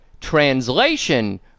Translation